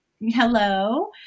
Hello